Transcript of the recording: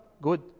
good